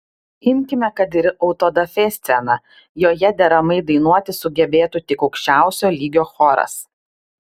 imkime kad ir autodafė sceną joje deramai dainuoti sugebėtų tik aukščiausio lygio choras